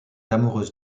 amoureuse